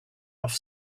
off